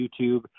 YouTube